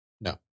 No